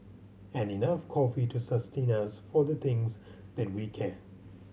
and enough coffee to sustain us for the things that we can